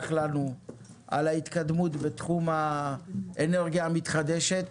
לנו על ההתקדמות בתחום האנרגיה המתחדשת.